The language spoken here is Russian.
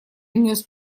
внес